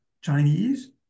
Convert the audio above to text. Chinese